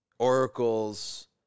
oracles